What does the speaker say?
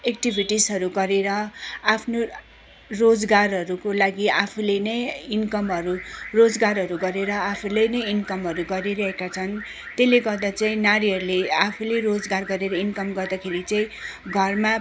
एक्टिभिटिसहरू गरेर आफ्नो रोजगारहरूको लागि आफूले नै इनकमहरू रोजगारहरू गरेर आफूले नै इनकमहरू गरिरहेका छन् त्यसले गर्दा चाहिँ नारीहरूले आफूले रोजगार गरेर इनकम गर्दाखेरि चाहिँ घरमा